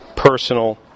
personal